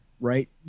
right